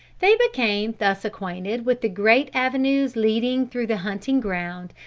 they became thus acquainted with the great avenues leading through the hunting ground,